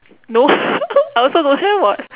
no I also don't have [what]